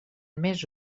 més